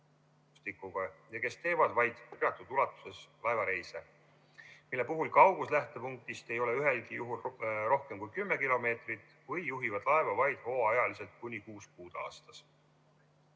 ja kes teevad vaid teatud ulatuses laevareise, mille puhul kaugus lähtepunktist ei ole ühelgi juhul rohkem kui kümme kilomeetrit, või juhivad laeva vaid hooajaliselt kuni kuus kuud